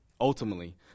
ultimately